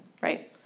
right